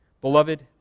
Beloved